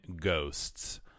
ghosts